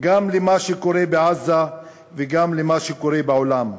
גם למה שקורה בעזה וגם למה שקורה בעולם.